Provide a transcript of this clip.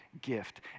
gift